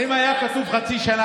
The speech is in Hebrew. אם היה כתוב "חצי שנה",